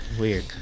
Weird